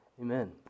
Amen